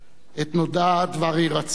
עת נודע דבר הירצחו,